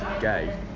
gay